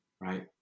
right